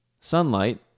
sunlight